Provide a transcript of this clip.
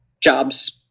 jobs